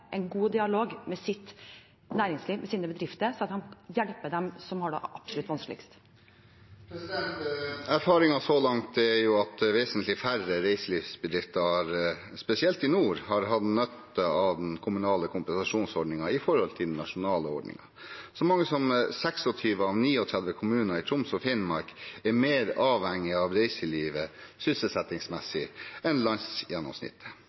en god dialog med sitt næringsliv, sine bedrifter, sånn at de hjelper dem som har det absolutt vanskeligst. Bengt Rune Strifeldt – til oppfølgingsspørsmål. Erfaringen så langt er at vesentlig færre reiselivsbedrifter, spesielt i nord, har hatt nytte av den kommunale kompensasjonsordningen i forhold til den nasjonale ordningen. Så mange som 26 av 39 kommuner i Troms og Finnmark er mer avhengig av reiselivet sysselsettingsmessig enn landsgjennomsnittet.